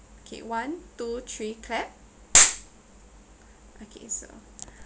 okay one two three clap okay so